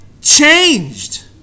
changed